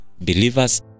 believers